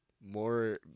more